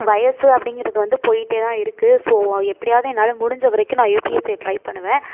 வயது அப்படிங்கறது வந்து போய்கிட்டேதான் இருக்கு ஸோ எப்டியாவது என்னால் முடிஞ்ச வரைக்கும் நான் யுபிஎஸ் ட்ரை பண்ணுவேன்